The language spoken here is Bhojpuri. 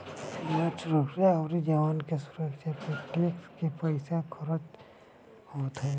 सीमा सुरक्षा अउरी जवान की सुविधा पे टेक्स के पईसा खरच होत हवे